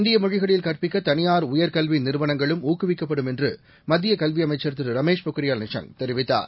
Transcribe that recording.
இந்திய மொழிகளில் கற்பிக்க தனியார் உயர்கல்வி நிறுவனங்களும் ஊக்குவிக்கப்படும் என்று மத்திய கல்வி அமைச்சர் திரு ரமேஷ் பொன்ரியால் தெரிவித்தார்